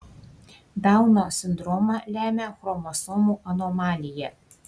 dauno sindromą lemia chromosomų anomalija